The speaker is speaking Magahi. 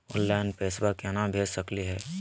ऑनलाइन पैसवा केना भेज सकली हे?